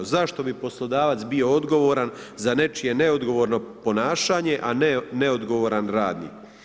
Zašto bi poslodavac bio odgovoran za nečije neodgovorno ponašanje, a ne neodgovoran radnik?